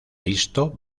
listo